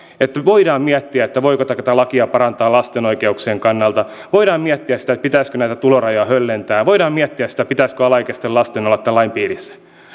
että voidaan miettiä voiko tätä lakia parantaa lasten oikeuksien kannalta voidaan miettiä sitä pitäisikö näitä tulorajoja höllentää voidaan miettiä sitä pitäisikö alaikäisten lasten olla tämän lain piirissä